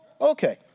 Okay